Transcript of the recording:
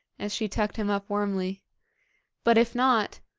as she tucked him up warmly but if not